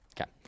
Okay